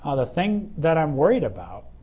ah the thing that i am worried about